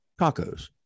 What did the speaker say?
tacos